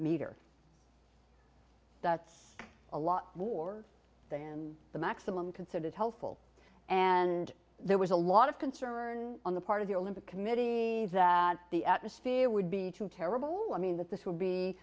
meter that's a lot warmer than the maximum considered helpful and there was a lot of concern on the part of the olympic committee that the atmosphere would be too terrible i mean that this would be